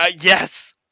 Yes